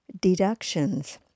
deductions